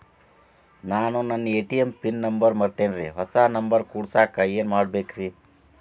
ನಾನು ನನ್ನ ATM pin number ಮರ್ತೇನ್ರಿ, ಹೊಸಾ ನಂಬರ್ ಕುಡಸಾಕ್ ಏನ್ ಮಾಡ್ಬೇಕ್ರಿ?